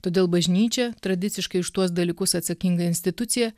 todėl bažnyčia tradiciškai už tuos dalykus atsakinga institucija